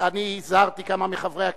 חברי הכנסת,